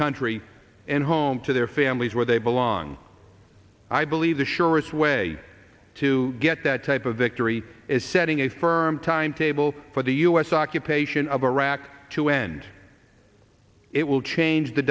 country and home to their families where they belong i believe the surest way to get that type of victory is setting a firm timetable for the u s occupation of iraq to end it will change the